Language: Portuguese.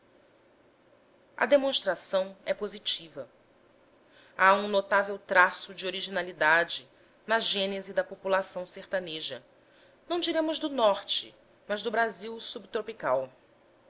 a demonstração é positiva há um notável traço de originalidade na gênese da população sertaneja não diremos do norte mas no brasil subtropical